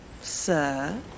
Sir